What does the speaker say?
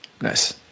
Nice